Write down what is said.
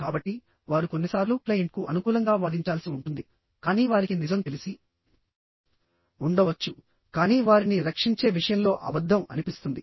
కాబట్టివారు కొన్నిసార్లు క్లయింట్కు అనుకూలంగా వాదించాల్సి ఉంటుందికానీ వారికి నిజం తెలిసి ఉండవచ్చుకానీ వారిని రక్షించే విషయంలో అబద్ధం అనిపిస్తుంది